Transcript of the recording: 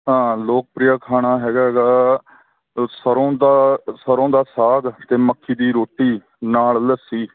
ਹਾਂ ਲੋਕ ਪ੍ਰਿਯ ਖਾਣਾ ਹੈਗਾ ਗਾ ਸਰੋਂ ਦਾ ਸਰੋਂ ਦਾ ਸਾਗ ਅਤੇ ਮੱਕੀ ਦੀ ਰੋਟੀ ਨਾਲ ਲੱਸੀ